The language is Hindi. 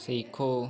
सीखो